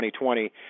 2020